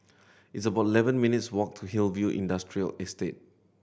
it's about eleven minutes' walk to Hillview Industrial Estate